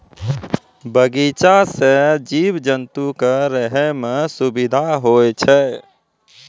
बगीचा सें जीव जंतु क रहै म सुबिधा होय छै